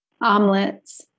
omelets